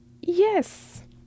Yes